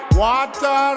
water